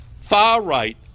far-right